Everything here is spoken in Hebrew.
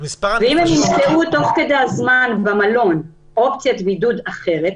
ואם תוך כדי השהות במלון הם ימצאו אופציית בידוד אחרת,